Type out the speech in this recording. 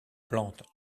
plantes